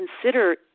consider